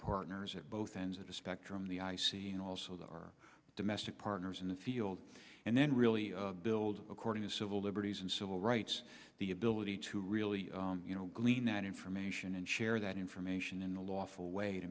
partners at both ends of the spectrum the i c and also the our domestic partners in the field and then really build according to civil liberties and civil rights the ability to really you know glean that information and share that information in a lawful way to